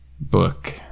book